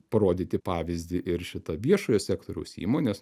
parodyti pavyzdį ir šitą viešojo sektoriaus įmonės